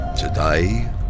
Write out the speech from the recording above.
Today